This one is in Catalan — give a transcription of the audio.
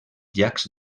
llacs